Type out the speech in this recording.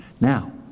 Now